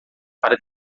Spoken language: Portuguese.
para